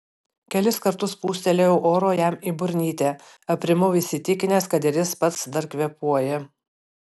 kelis kartus pūstelėjau oro jam į burnytę aprimau įsitikinęs kad ir jis pats dar kvėpuoja